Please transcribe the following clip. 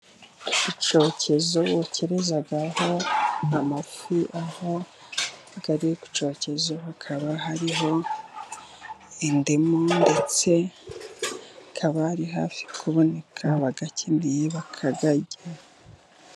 Icyokezo bokerezaho amafi, aho ari ku cyokezo hakaba hariho indimu, ndetse ari hafi kuboneka, abayakeneye bakayarya.